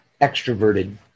extroverted